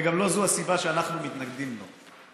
וגם לא זו הסיבה שאנחנו מתנגדים לו.